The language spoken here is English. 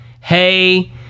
Hey